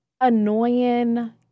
annoying